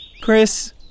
Chris